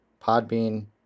Podbean